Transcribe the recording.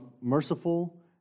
merciful